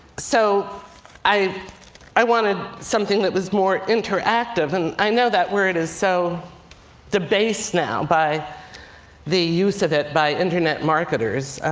so i i wanted something that was more interactive. and i know that word is so debased now by the use of it by internet marketers.